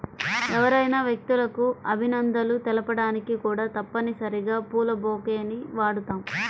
ఎవరైనా వ్యక్తులకు అభినందనలు తెలపడానికి కూడా తప్పనిసరిగా పూల బొకేని వాడుతాం